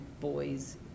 boys